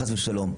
חס ושלום.